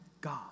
God